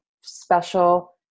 special